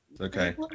Okay